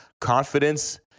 Confidence